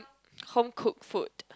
home cooked food